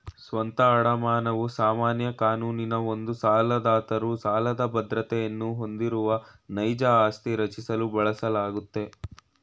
ಸ್ವಂತ ಅಡಮಾನವು ಸಾಮಾನ್ಯ ಕಾನೂನಿನ ಒಂದು ಸಾಲದಾತರು ಸಾಲದ ಬದ್ರತೆಯನ್ನ ಹೊಂದಿರುವ ನೈಜ ಆಸ್ತಿ ರಚಿಸಲು ಬಳಸಲಾಗುತ್ತೆ